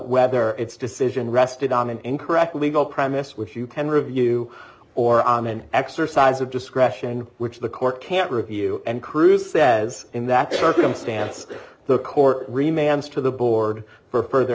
whether it's decision rested on an incorrect legal premise which you can review or i'm an exercise of discretion which the court can't review and cruz says in that circumstance the court remains to the board for further